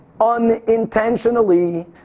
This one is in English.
unintentionally